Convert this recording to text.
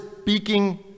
speaking